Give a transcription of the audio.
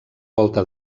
volta